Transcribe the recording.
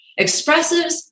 Expressives